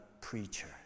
preacher